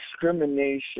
Discrimination